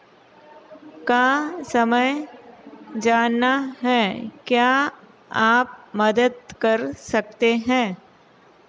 का समय जानना है क्या आप मदद कर सकते हैं